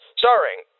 starring